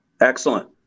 Excellent